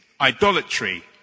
idolatry